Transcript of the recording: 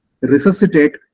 resuscitate